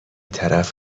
طرف